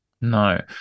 No